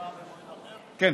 כן.